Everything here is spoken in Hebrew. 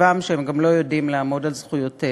טבעם שהם גם לא יודעים לעמוד על זכויותיהם,